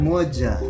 Moja